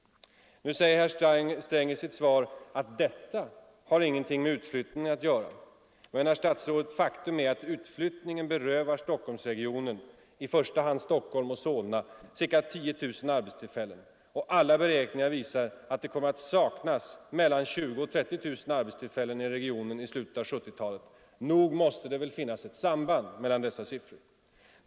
Nu säger herr Sträng i sitt svar att detta har ingenting med utflyttningen att göra. Men, herr statsråd, faktum är att utflyttningen berövar Stockholmsregionen — i första hand Stockholm och Solna — ca 10 000 arbetstillfällen. Och alla beräkningar visar att det kommer att saknas mellan 20 000 och 30 000 arbetstillfällen i regionen i slutet av 1970-talet. Nog måste det väl finnas ett samband mellan dessa siffror!